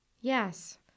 Yes